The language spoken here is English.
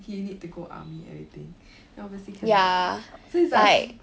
he need to go army everything then obviously cannot right so it's like